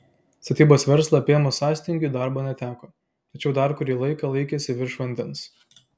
statybos verslą apėmus sąstingiui darbo neteko tačiau dar kurį laiką laikėsi virš vandens